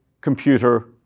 computer